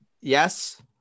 yes